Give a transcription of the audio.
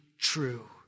true